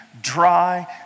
dry